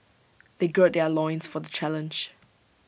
they gird their loins for the challenge